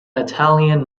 italian